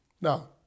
Now